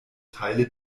teile